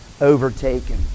overtaken